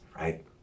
right